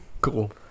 Cool